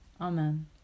Amen